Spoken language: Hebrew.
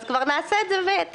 אז כבר נעשה את זה ביחד.